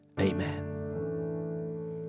Amen